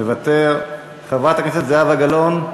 מוותר, חברת הכנסת זהבה גלאון,